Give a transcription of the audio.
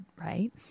right